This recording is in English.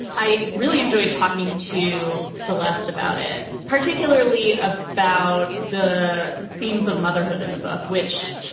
i really enjoyed talking to celeste about it, particularly about the themes of motherhood in the book, which,